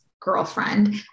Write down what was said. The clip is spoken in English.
girlfriend